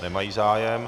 Nemají zájem.